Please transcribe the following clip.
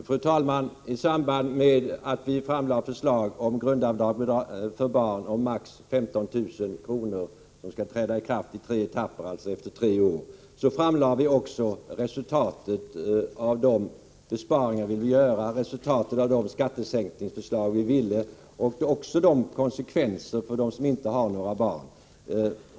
Fru talman! I samband med att vi framlade förslag om grundavdrag för barn om maximalt 15 000 kr., som avses träda i kraft i etapper under en treårsperiod, framlade vi också resultatet av de besparingar vi ville göra, resultatet av de skattesänkningar vi ville genomföra och också besked om konsekvenserna för dem som inte har några barn.